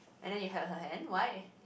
and then you held her hand why